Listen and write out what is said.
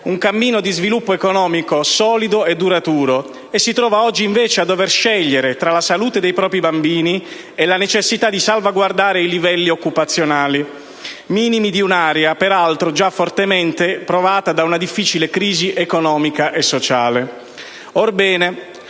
un cammino di sviluppo economico solido e duraturo e si trova oggi invece a dover scegliere tra la salute dei propri bambini e la necessità di salvaguardare i livelli occupazionali minimi di un'area peraltro già fortemente provata da una difficile crisi economica e sociale.